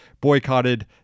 boycotted